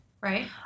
right